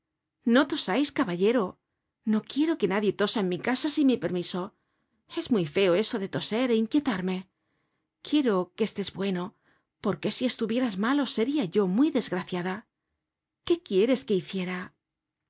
no tosais caballero no quiero que nadie tosa en mi casa sin mi permiso es muy feo eso de toser é inquietarme quiero que estés bueno porque si estuvieras malo seria yo muy desgraciada qué quieres que hiciera